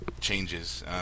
changes